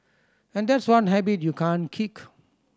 and that's one habit you can't kick